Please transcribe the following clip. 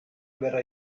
verrà